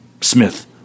Smith